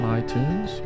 iTunes